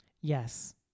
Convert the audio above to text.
Yes